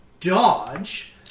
dodge